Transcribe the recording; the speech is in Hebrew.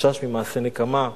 חשש ממעשי נקמה.